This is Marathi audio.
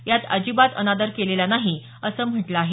यात अजिबात अनादर केलेला नाही असं म्हटलं आहे